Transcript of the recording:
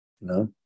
No